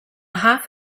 half